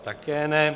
Také ne.